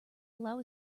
allow